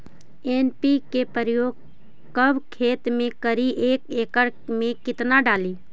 NPK प्रयोग कब खेत मे करि एक एकड़ मे कितना डाली?